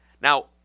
Now